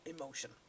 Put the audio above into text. emotion